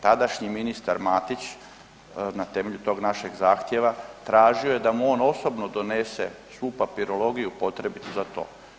Tadašnji ministar Matić na temelju tog našeg zahtjeva tražio je da u on osobno donese svu papirologiju potrebitu za to.